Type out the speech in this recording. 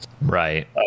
Right